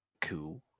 Cool